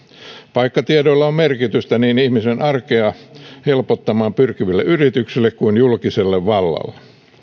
paikkatiedolla on merkitystä niin ihmisen arkea helpottamaan pyrkiville yrityksille kuin julkiselle vallalle